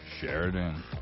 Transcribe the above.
Sheridan